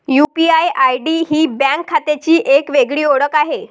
UPI ID ही bank खात्याची एक वेगळी ओळख आहे